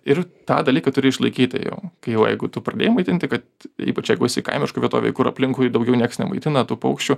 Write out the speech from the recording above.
ir tą dalyką turi išlaikyti jau kai jau jeigu tu pradėjai maitinti kad ypač jeigu esi kaimiškoj vietovėj kur aplinkui daugiau nieks nemaitina tų paukščių